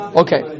okay